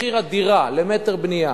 מחיר הדירה למטר בנייה